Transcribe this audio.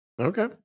Okay